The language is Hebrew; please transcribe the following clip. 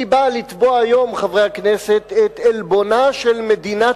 אני בא לתבוע היום את עלבונה של מדינת